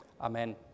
Amen